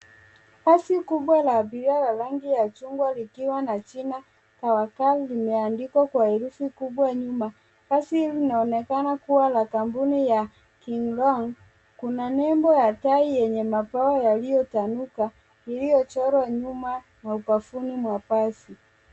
Basi kubwa la abiria la rangi ya chungwa likiwa na jina Tawakaal limeandikwa kwa herufi kubwa nyuma. Basi hili linaonekana kuwa la kampuni ya Nilong . Kuna nembo ya tai yenye mabawa yaliyochanuka iliyochorwa nyuma na ubavuni mwa basi.